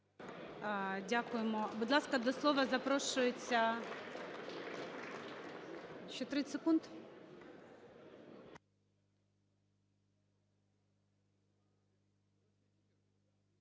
Дякуємо. Будь ласка, до слова запрошується… Ще 30 секунд?